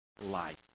life